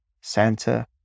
santa